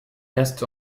restent